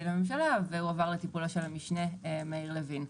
לממשלה והועבר לטיפולו של המשנה מאיר לוין.